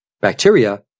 bacteria